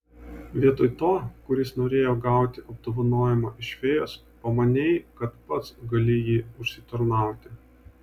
vietoj to kuris norėjo gauti apdovanojimą iš fėjos pamanei kad pats gali jį užsitarnauti